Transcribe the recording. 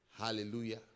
Hallelujah